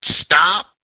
stop